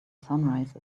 sunrise